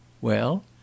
Well